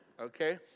okay